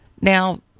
Now